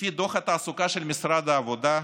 לפי דוח התעסוקה של משרד העבודה,